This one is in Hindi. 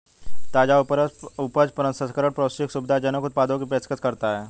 ताजा उपज प्रसंस्करण पौष्टिक, सुविधाजनक उत्पादों की पेशकश करता है